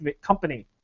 company